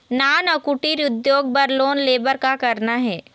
नान अउ कुटीर उद्योग बर लोन ले बर का करना हे?